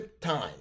time